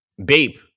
Bape